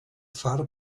far